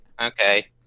Okay